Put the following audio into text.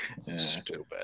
Stupid